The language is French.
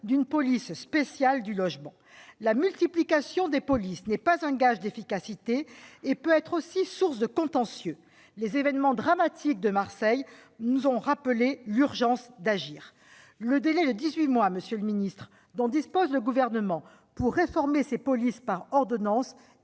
d'une police spéciale du logement. La multiplication des polices n'est pas un gage d'efficacité et peut aussi être source de contentieux. Les événements dramatiques de Marseille nous ont rappelé l'urgence d'agir. Monsieur le ministre, le délai de dix-huit mois dont dispose le Gouvernement pour réformer ces polices par ordonnances